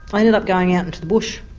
i ended up going out into the bush,